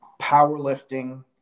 powerlifting